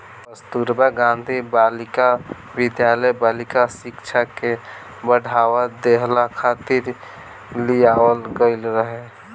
कस्तूरबा गांधी बालिका विद्यालय बालिका शिक्षा के बढ़ावा देहला खातिर लियावल गईल रहे